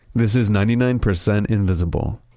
this is ninety nine percent invisible,